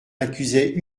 accusait